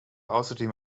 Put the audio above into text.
außerdem